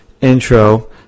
intro